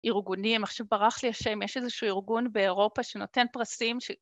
ארגונים, עכשיו ברח לי השם, יש איזשהו ארגון באירופה שנותן פרסים